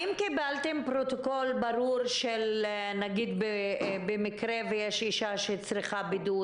האם קיבלתם פרוטוקול ברור במקרה ויש אישה שצריכה בידוד?